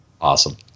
Awesome